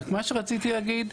רק מה שרציתי להגיד,